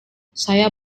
saya